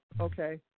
okay